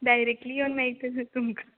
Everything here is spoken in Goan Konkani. डायरेक्ली येवन मेळट तर तुमकां